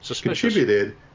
contributed